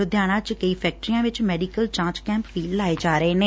ਲੁਧਿਆਣਾ ਚ ਕਈ ਫੈਕਟਰੀਆਂ ਵਿਚ ਮੈਡੀਕਲ ਜਾਂਚ ਕੈਂਪ ਵੀ ਲਾਏ ਜਾ ਰਹੇ ਨੇ